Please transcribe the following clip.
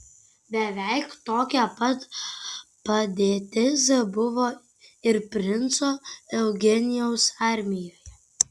beveik tokia pat padėtis buvo ir princo eugenijaus armijoje